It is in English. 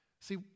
See